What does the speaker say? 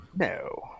No